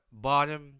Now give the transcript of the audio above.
bottom